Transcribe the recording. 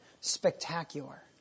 spectacular